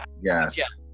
Yes